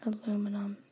Aluminum